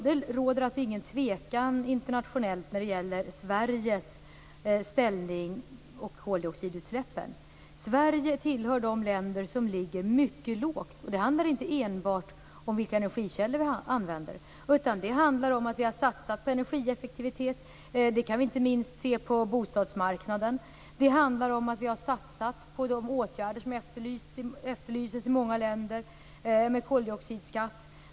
Det råder ingen tvekan internationellt när det gäller Sveriges ställning i fråga om koldioxidutsläppen. Sverige hör till de länder som ligger mycket lågt. Det handlar inte enbart om vilka energikällor vi använder, utan det handlar om att vi har satsat på energieffektivitet. Det kan vi se inte minst på bostadsmarknaden. Det handlar om att vi har satsat på de åtgärder som efterlyses i många länder, t.ex. koldioxidskatt.